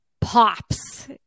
pops